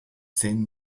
zehn